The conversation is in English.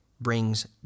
brings